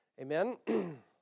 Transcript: Amen